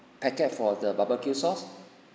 packet for the barbecue sauce